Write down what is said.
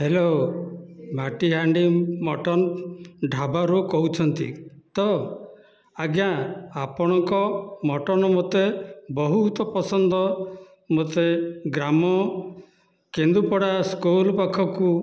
hello Matihandi mutton ଢାବାରୁ କହୁଛନ୍ତି ତ ଆଜ୍ଞା ଆପଣଙ୍କ ମଟନ ମୋତେ ବହୁତ ପସନ୍ଦ ମୋତେ ଗ୍ରାମ କେନ୍ଦୂପଡ଼ା ସ୍କୁଲ ପାଖକୁ